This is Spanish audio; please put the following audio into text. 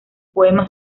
poemas